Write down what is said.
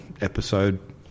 episode